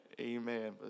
Amen